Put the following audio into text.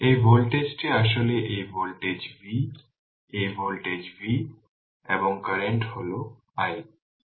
এই ভোল্টেজটি আসলে এই ভোল্টেজ V এই ভোল্টেজটি V এবং কারেন্ট হল i